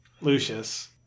Lucius